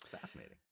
Fascinating